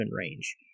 range